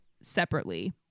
separately